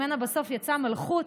ממנה בסוף יצאה מלכות.